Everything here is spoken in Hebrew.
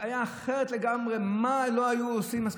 היה אחרת לגמרי, מה לא היו עושים?